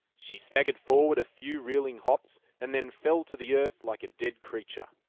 she staggered forward a few reeling hops, and then fell to the earth like a dead creature.